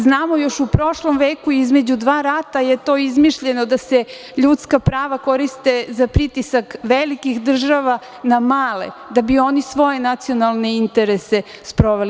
Znamo, još u prošlom veku, između dva rata je to izmišljeno da se ljudska prava koriste za pritisak velikih država na male, da bi oni svoje nacionalne interese sproveli.